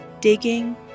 digging